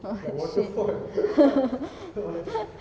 !wah! shit